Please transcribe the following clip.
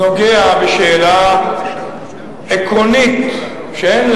זה מסוג הדברים שבא לי להגיד: לא רוצה להסביר.